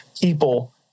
people